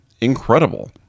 incredible